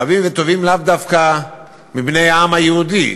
רבים וטובים לאו דווקא מבני העם היהודי,